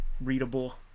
readable